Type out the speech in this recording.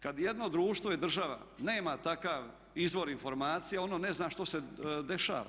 Kad jedno društvo i država nema takav izvor informacija, ono ne zna što se dešava.